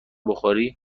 بخاری